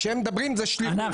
כשהם מדברים זה שליחות.